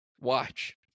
Watch